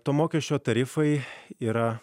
to mokesčio tarifai yra